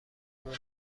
دور